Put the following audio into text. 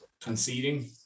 conceding